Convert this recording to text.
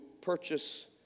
purchase